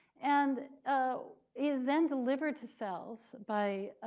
and ah is then delivered to cells by a